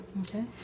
Okay